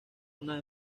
una